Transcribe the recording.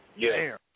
Yes